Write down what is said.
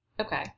okay